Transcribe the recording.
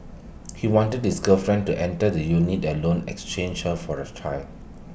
he wanted his girlfriend to enter the unit alone exchange her for her child